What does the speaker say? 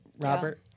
Robert